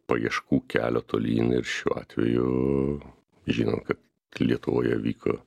paieškų kelio tolyn ir šiuo atveju žinant kad lietuvoje vyko